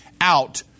out